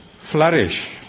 flourish